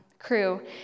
crew